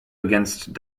against